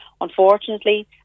unfortunately